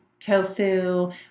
tofu